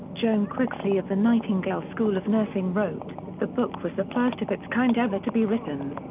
joan quixley of the nightingale school of nursing wrote the book was the first of its kind ever to be written.